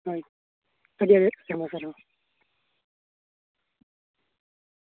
ᱦᱩᱸ ᱯᱟᱸᱡᱟᱧ ᱦᱮᱡ ᱠᱟᱱᱟ ᱟᱨᱦᱚᱸ